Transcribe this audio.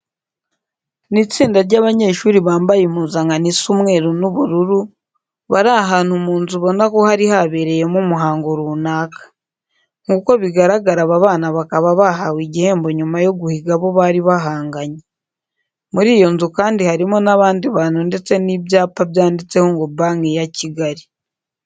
Ni itsinda ry'abanyeshuri bambaye impuzankano isa umweru n'ubururu, bari ahantu mu nzu ubona ko hari habereyemo umuhango runaka. Nk'uko bigaragara aba bana bakaba bahawe igihembo nyuma yo guhiga abo bari bahanganye. Muri iyo nzu kandi harimo n'abandi bantu ndetse n'ibyapa byanditseho ngo Banki ya Kigali.